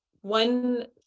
one